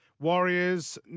Warriors